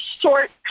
short